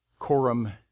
Corum